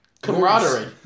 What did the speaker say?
Camaraderie